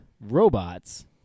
robots